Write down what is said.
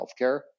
healthcare